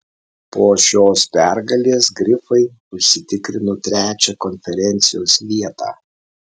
po šios pergalės grifai užsitikrino trečią konferencijos vietą